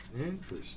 Interesting